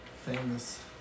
famous